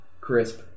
crisp